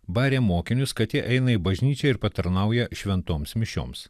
barė mokinius kad jie eina į bažnyčią ir patarnauja šventoms mišioms